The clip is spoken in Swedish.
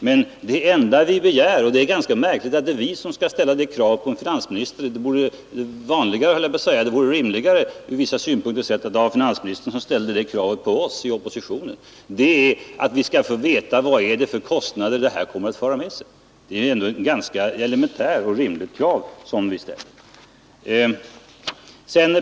Men det enda vi begär — och det är ganska märkligt att det är vi som skall ställa detta krav på finansministern, och inte tvärtom — är att vi skall få veta vilka kostnader denna utlokalisering kommer att föra med sig. Det är ändå ett elementärt och rimligt krav som vi ställer.